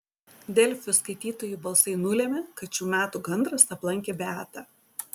delfi skaitytojų balsai nulėmė kad šių metų gandras aplankė beatą